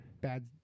bad